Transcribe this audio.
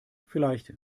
vielleicht